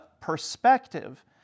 perspective